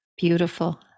Beautiful